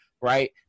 right